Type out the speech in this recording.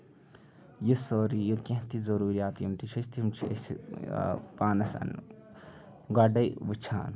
یہِ سٲرٕے یہِ کیٚنہہ تہِ ضروٗریات یِم تہِ چھِ اَسہِ تِم چھِ أسۍ پانس گۄڈٕے وُچھان